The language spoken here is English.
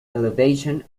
elevation